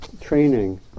training